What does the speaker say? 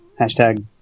hashtag